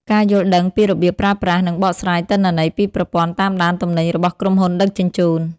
ការយល់ដឹងពីរបៀបប្រើប្រាស់ និងបកស្រាយទិន្នន័យពីប្រព័ន្ធតាមដានទំនិញរបស់ក្រុមហ៊ុនដឹកជញ្ជូន។